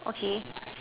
okay